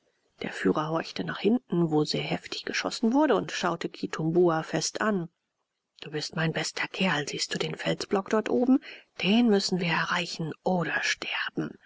der führer horchte nach hinten wo sehr heftig geschossen wurde und schaute kitumbua fest an du bist mein bester kerl siehst du den felsblock dort oben den müssen wir erreichen oder sterben